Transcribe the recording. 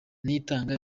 niyitanga